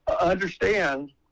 understand